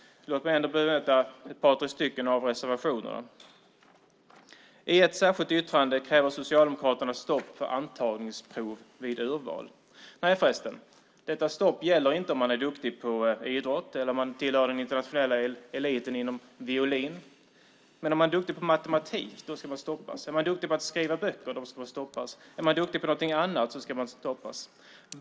Låt mig ändå bemöta ett par tre stycken av reservationerna. I ett särskilt yttrande kräver Socialdemokraterna stopp för antagningsprov vid urval. Nej, förresten. Detta stopp gäller inte om man är duktig på idrott eller tillhör den internationella eliten på violin. Men om man är duktig på matematik ska man stoppas. Är man duktig på att skriva böcker ska man stoppas, och om man är duktig på någonting annat ska man stoppas.